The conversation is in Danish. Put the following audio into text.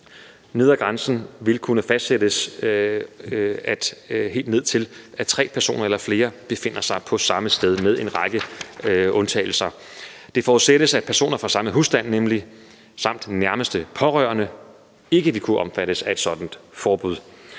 nedre grænse vil kunne fastsættes til at forbyde, at helt ned til tre personer eller flere befinder sig på samme sted – med en række undtagelser. Det forudsættes nemlig, at personer fra samme husstand samt nærmeste pårørende ikke vil kunne omfattes af et sådant forbud.